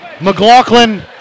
McLaughlin